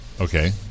Okay